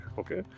okay